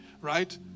right